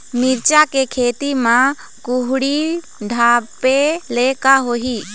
मिरचा के खेती म कुहड़ी ढापे ले का होही?